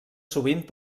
sovint